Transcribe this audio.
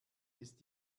ist